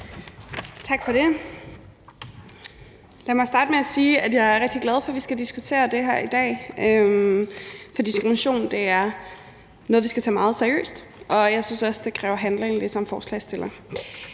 Tak for det. Lad mig starte med at sige, at jeg er rigtig glad for, at vi skal diskutere det her i dag. For diskrimination er noget, vi skal tage meget seriøst, og jeg synes ligesom forslagsstillerne